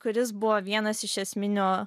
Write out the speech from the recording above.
kuris buvo vienas iš esminių